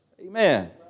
Amen